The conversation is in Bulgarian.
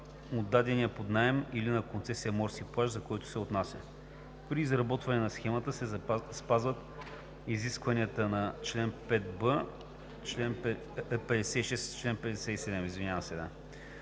отдаденият под наем или на концесия морски плаж, за който се отнася. При изработване на схемата се спазват изискванията на чл. 5б – чл. 57а от Закона за